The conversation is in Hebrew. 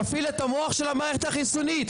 מפעיל את המוח של המערכת החיסונית.